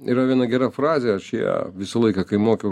yra viena gera frazė aš ją visą laiką kai mokiau